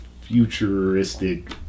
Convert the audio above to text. futuristic